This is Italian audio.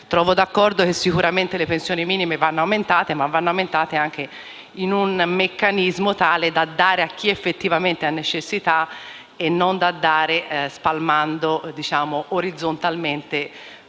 Sono d'accordo con l'aumento delle pensioni minime, ma vanno aumentate in un meccanismo tale da dare a chi effettivamente ha necessità e non da dare spalmando orizzontalmente